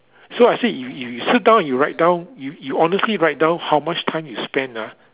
so I said you you you sit down and write down you you honestly write down how much time you spend ah